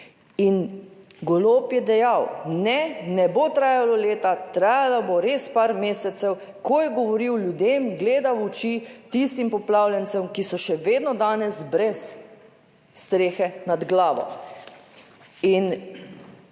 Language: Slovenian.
In Golob je dejal: "Ne, ne bo trajalo leta trajalo bo res par mesecev", ko je govoril ljudem, gleda v oči, tistim poplavljencem, ki so še vedno danes brez strehe nad glavo.